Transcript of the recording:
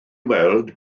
weld